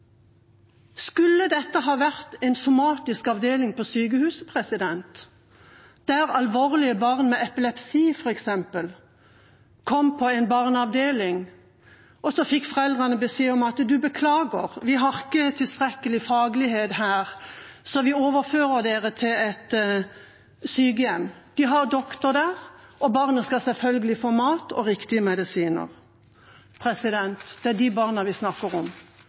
skulle ha hatt. Dette kunne ha vært en somatisk avdeling på sykehuset, der alvorlig syke barn med epilepsi, f.eks., kom på en barneavdeling, og så fikk foreldrene følgende beskjed: Beklager, vi har ikke tilstrekkelig faglighet her, så vi overfører dere til et sykehjem, der de har lege, og der barnet selvfølgelig skal få mat og riktige medisiner. Det er de barna vi snakker om.